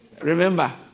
Remember